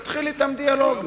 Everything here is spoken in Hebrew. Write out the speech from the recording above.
תתחיל אתם דיאלוג,